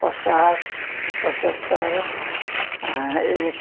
पचास पचहत्तर एक